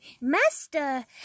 Master